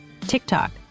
TikTok